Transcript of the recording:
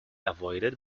avoided